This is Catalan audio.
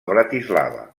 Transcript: bratislava